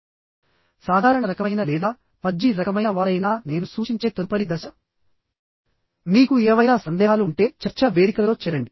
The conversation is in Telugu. ఇప్పుడు మీరు సాధారణ రకమైనవారైనా లేదా ఫజ్జీ రకమైనవారైనా నేను సూచించే తదుపరి దశ మీకు ఏవైనా సందేహాలు ఉంటే చర్చా వేదికలో చేరండి